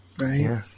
right